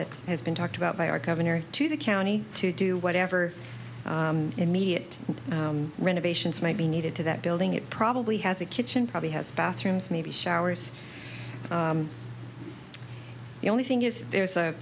that has been talked about by our governor to the county to do whatever immediate renovations might be needed to that building it probably has a kitchen probably has bathrooms maybe showers the only thing is there's